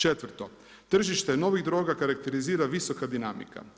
Četvrto, tržište novih droga karakterizira visoka dinamika.